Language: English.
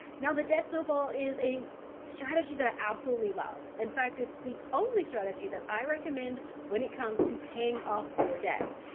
now, the debt snowball is a strategy that i absolutely love. in fact, it's the only strategy that i recommend when it comes to paying off your debt.